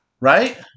Right